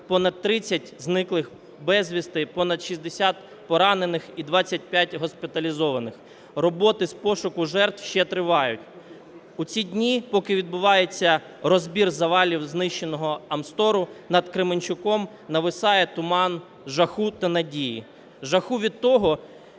понад 30 зниклих безвісти, понад 60 поранених і 25 госпіталізованих. Роботи з пошуку жертв ще тривають. У ці дні, поки відбувається розбір завалів знищеного Амстору, над Кременчуком нависає туман жаху та надії. Жаху від того,